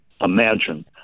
imagine